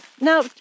Now